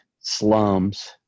slums